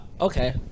Okay